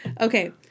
okay